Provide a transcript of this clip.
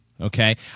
Okay